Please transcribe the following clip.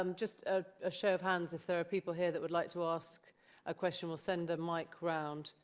um just ah a show of hands if there are people here that would like to ask a question. we'll send a mic around.